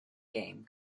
game